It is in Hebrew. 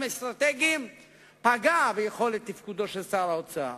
אסטרטגיים פגע ביכולת התפקוד של שר האוצר.